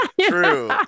True